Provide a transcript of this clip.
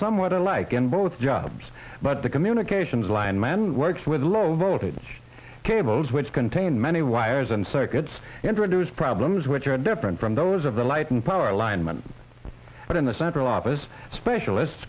somewhat alike in both jobs but the communications line man works with low voltage cables which contain many wires and circuits introduce problems which are different from those of the light and power line much but in the central office specialist